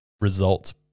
results